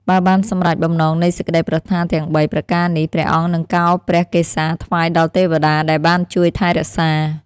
បើបានសម្រេចបំណងនៃសេចក្តីប្រាថ្នាទាំង ៣ ប្រការនេះព្រះអង្គនឹងកោរព្រះកេសាថ្វាយដល់ទេវតាដែលបានជួយថែរក្សា។